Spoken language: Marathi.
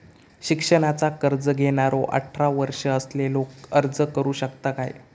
शिक्षणाचा कर्ज घेणारो अठरा वर्ष असलेलो अर्ज करू शकता काय?